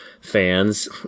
fans